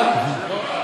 חמש דקות, אדוני.